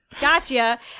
Gotcha